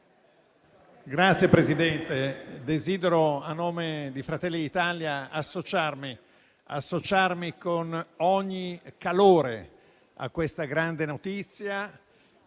Signor Presidente, desidero, a nome di Fratelli d'Italia, associarmi con ogni calore a questa grande notizia,